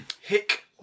Hick